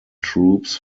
troops